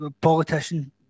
politician